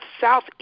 south